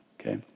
okay